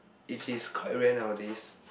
E_Ts quite rare nowadays